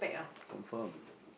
confirm